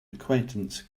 acquaintance